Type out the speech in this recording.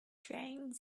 jane